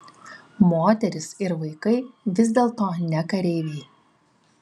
moterys ir vaikai vis dėlto ne kareiviai